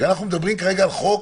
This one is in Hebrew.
כי אנחנו מדברים כרגע על חוק,